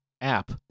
app